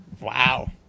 Wow